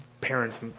parents